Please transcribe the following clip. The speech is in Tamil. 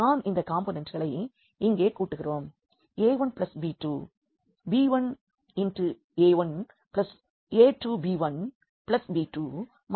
நாம் இந்த காம்போனெண்ட்களை இங்கே கூட்டுகிறோம் a1 b2 இந்த b1 a1 a2b1 b2 மற்றும் பல